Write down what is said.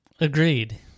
Agreed